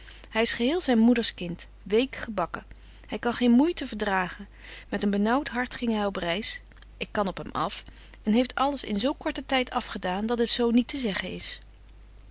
hy is geheel zyn moeders kind week gebakken hy kan geen moeite verdragen met een benaauwt hart ging hy op betje wolff en aagje deken historie van mejuffrouw sara burgerhart reis ik kan op hem af en heeft alles in zo korten tyd afgedaan dat het zo niet te zeggen is